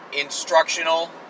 instructional